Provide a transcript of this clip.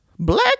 Black